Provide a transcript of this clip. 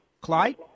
Clyde